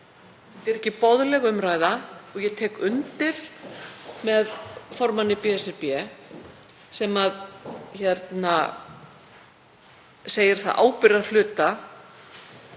Þetta er ekki boðleg umræða og ég tek undir með formanni BSRB sem segir það ábyrgðarhluta